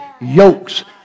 yokes